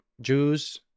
Jews